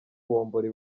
bombori